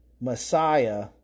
Messiah